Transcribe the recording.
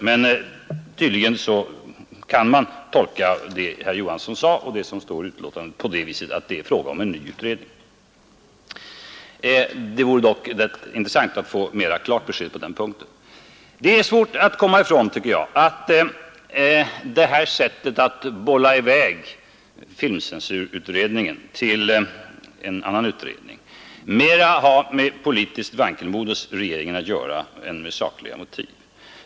Men tydligen kan man tolka det herr Johansson i Trollhättan sade och det som står i utlåtandet på det viset att det är fråga om en ny utredning. Det vore dock intressant att få ett mera klart besked på den punkten. Det är svårt att komma ifrån tanken att det här sättet att bolla i väg filmcensurutredningen till en annan utredning mera har med politiskt vankelmod hos regeringen att göra än med sakliga motiv.